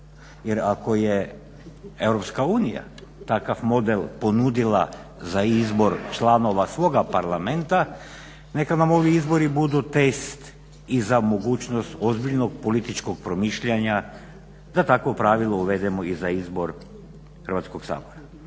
Jer ako je EU takav model ponudila za izbor članova svoga Parlamenta neka nam ovi izbori budu test i za mogućnost ozbiljnog političkog promišljanja da takvo pravilo uvedemo i za izbor Hrvatskog sabora.